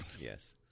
Yes